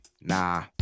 nah